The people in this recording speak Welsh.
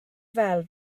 fel